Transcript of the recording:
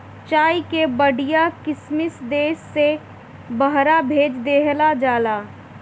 चाय कअ बढ़िया किसिम देस से बहरा भेज देहल जाला